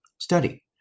Study